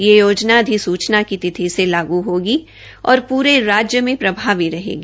यह योजना अधिसूचना की तिथि से लागू होगी और पूरे राज्य में प्रभावी रहेगी